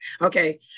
okay